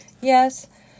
Yes